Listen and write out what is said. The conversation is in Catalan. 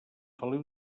feliu